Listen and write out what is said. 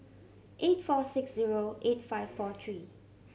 eight four six zero eight five four tree